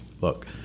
Look